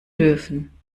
dürfen